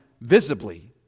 visibly